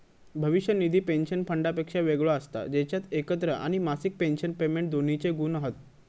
भविष्य निधी पेंशन फंडापेक्षा वेगळो असता जेच्यात एकत्र आणि मासिक पेंशन पेमेंट दोन्हिंचे गुण हत